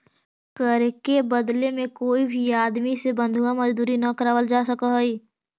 कर के बदले में कोई भी आदमी से बंधुआ मजदूरी न करावल जा सकऽ हई